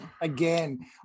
Again